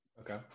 Okay